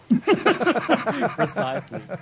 Precisely